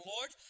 Lord